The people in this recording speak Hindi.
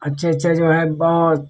अच्छे अच्छे जो हैं बहुत